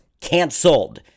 canceled